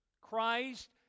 Christ